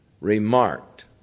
remarked